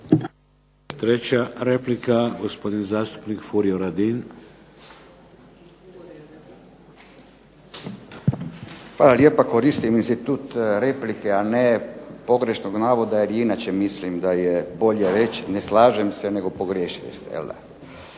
Treća replika, gospodin zastupnik Furio Radin. **Radin, Furio (Nezavisni)** Hvala lijepa. Koristim institut replike, a ne pogrešnog navoda jer i inače mislim da je bolje reći ne slažem se nego pogriješili